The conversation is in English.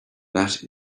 that